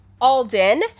Alden